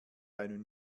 einem